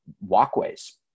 walkways